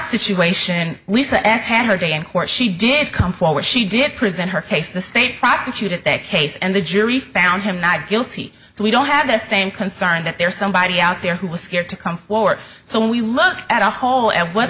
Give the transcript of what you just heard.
situation lisa as had her day in court she did come forward she did present her case the state prosecuted that case and the jury found him not guilty so we don't have the same concern that there's somebody out there who was scared to come forward so when we look at a hall and wh